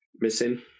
missing